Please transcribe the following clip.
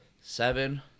seven